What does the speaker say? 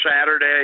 Saturday